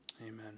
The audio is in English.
Amen